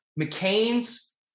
McCain's